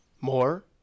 More